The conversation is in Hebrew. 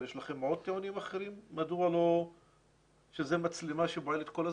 יש לכם עוד טיעונים אחרים מדוע זה לא מצלמה שפועלת כל הזמן?